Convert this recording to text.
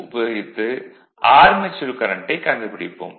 உபயோகித்து ஆர்மெச்சூர் கரண்ட்டைக் கண்டுபிடிப்போம்